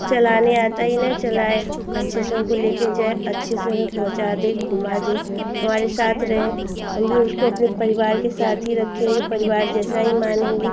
चलाने आता ही न चलाए अच्छे से हमको ले कर जाय अच्छे से हमें पहुँचा दे घूमा दे हमारे साथ रहे हम भी उसको परिवार के साथ ही रखेंगे परिवार जैसा ही मानेंगे